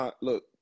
Look